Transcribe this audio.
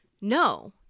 No